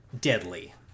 deadly